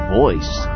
voice